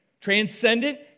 transcendent